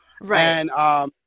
Right